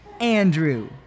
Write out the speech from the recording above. Andrew